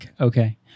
okay